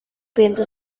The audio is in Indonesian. pintu